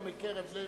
נודה לו מקרב לב.